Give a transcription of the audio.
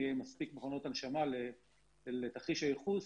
נהיה עם מספיק מכונות הנשמה לתרחיש הייחוס,